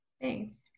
Thanks